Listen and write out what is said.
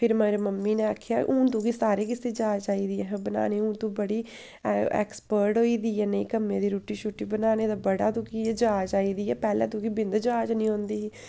फिर मेरी मम्मी ने आखेआ हून तुगी सारे किसै जाच आई दी अहें बनाने दी हून तूं बड़ी ऐक्सपर्ट होई दी ऐ नेह् कम्मै दी रुट्टी शुट्टी बनाने दा बड़ा तुकी एह् जाच आई दी ऐ पैह्लें तुगी बिंद जाच निं औंदी ही